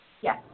Yes